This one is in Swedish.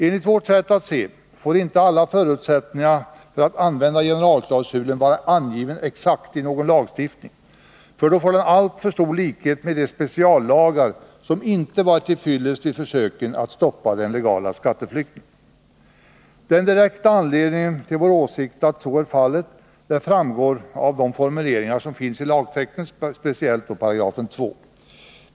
Enligt vår mening får inte alla förutsättningar för att få använda generalklausulen vara exakt angivna i någon lag, ty då får den alltför stor likhet med de speciallagar som inte varit till fyllest vid försöken att stoppa den legala skatteflykten. Den direkta anledningen till vår åsikt att så är fallet framgår av vårt förslag till formuleringarna i lagtexten, speciellt när det gäller 2§.